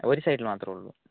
ഒരു സൈഡിൽ മാത്രമേയുള്ളു